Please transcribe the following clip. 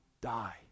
die